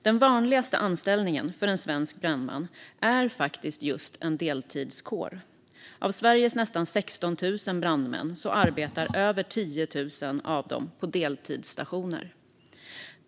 Den vanligaste anställningen för en svensk brandman är just i en deltidskår. Av Sveriges nästan 16 000 brandmän arbetar över 10 000 på deltidsstationer.